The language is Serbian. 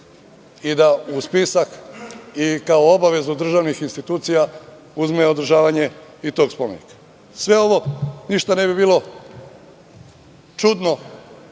i da u spisak i kao obavezu državnih institucija uzme održavanje i tog spomenika. Sve ovo ništa ne bi bilo čudno